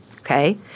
Okay